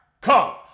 come